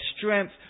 strength